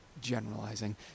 generalizing